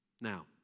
Now